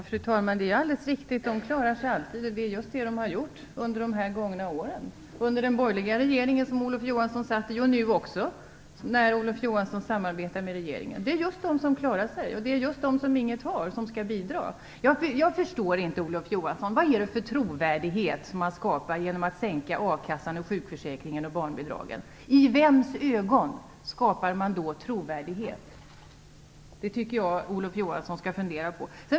Fru talman! Det är alldeles riktigt att de alltid klarar sig, och det är just det som de har gjort under de gångna åren - under den borgerliga regering som Olof Johansson satt i och även nu, när Olof Johansson samarbetar med den nya regeringen. Det är just de som klarar sig, medan de som inget har skall bidra. Jag förstår inte, Olof Johansson, vilken trovärdighet som man skapar genom att sänka barnbidragen och ersättningarna från a-kassan och sjukförsäkringen. I vems ögon skapar man då trovärdighet? Jag tycker att Olof Johansson skall fundera på det.